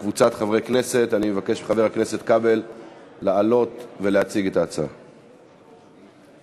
אני קובע כי הצעת חוק הביטוח הלאומי (תיקון,